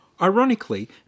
Ironically